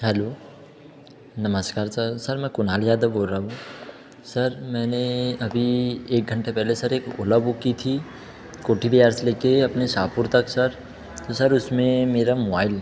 hello नमस्कार sir sir मैं कुनाल यादव बोल रहा हूँ सर मैंने अभी एक घंटे पहले सर एक ओला बूक की थी कोठी ब्यार्स ले के अपने साहपुर तक सर तो सर उसमें मेरा मुआइल